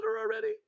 already